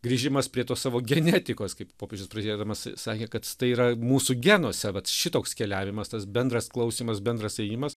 grįžimas prie tos savo genetikos kaip popiežius pradėdamas sakė kad tai yra mūsų genuose vat šitoks keliavimas tas bendras klausimas bendras ėjimas